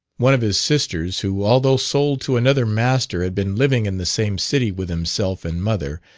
one of his sisters who, although sold to another master had been living in the same city with himself and mother,